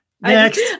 Next